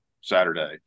Saturday